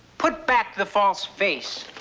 put back the false face.